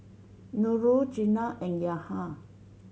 Nurul Jenab and Yahya